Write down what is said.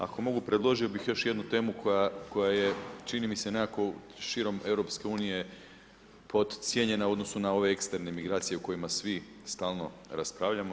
Ako mogu, predložio bih još jednu temu koja je, čini mi se nekako širom EU podcijenjena u odnosu na ove ekstremne migracije o kojima svi stalno raspravljamo.